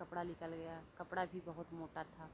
कपड़ा निकल गया कपड़ा भी बहुत मोटा था